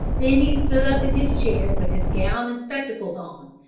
then he stood up in his chair with his gown and spectacles on,